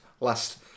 last